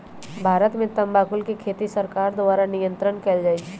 भारत में तमाकुल के खेती सरकार द्वारा नियन्त्रण कएल जाइ छइ